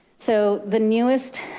so the newest